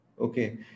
Okay